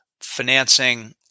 financing